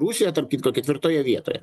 rusiją tarp kitko ketvirtoje vietoje